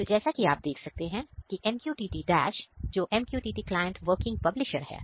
तो जैसा कि आप देख सकते हैं कि MQTT Dash जो MQTT क्लाइंट वर्किंग पब्लिशर है